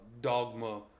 dogma